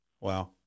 Wow